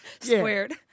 squared